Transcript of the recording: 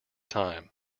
time